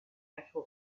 actual